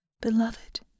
beloved